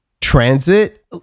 transit